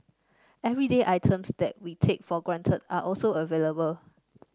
everyday items that we take for granted are also available